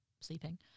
sleeping